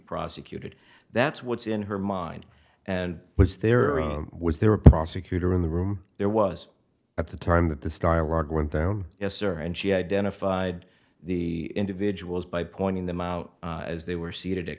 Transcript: prosecuted that's what's in her mind and was there was there a prosecutor in the room there was at the time that the style rug went down yes sir and she identified the individuals by pointing them out as they were seated at